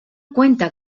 cuenta